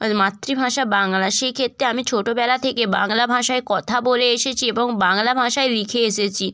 মাতৃভাষা বাংলা সে ক্ষেত্রে আমি ছোটোবেলা থেকে বাংলা ভাষায় কথা বলে এসেছি এবং বাংলা ভাষায় লিখে এসেছি